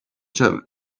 tone